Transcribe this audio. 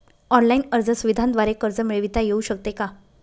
Online अर्ज सुविधांद्वारे कर्ज मिळविता येऊ शकते का?